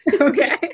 Okay